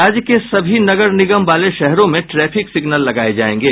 राज्य के सभी नगर निगम वाले शहरों में ट्रैफिक सिग्नल लगाये जाएंगे